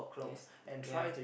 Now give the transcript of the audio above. yes ya